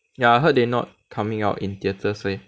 ya I heard they not coming out in theatres leh